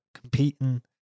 competing